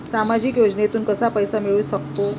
सामाजिक योजनेतून कसा पैसा मिळू सकतो?